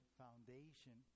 foundation